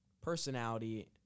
personality